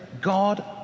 God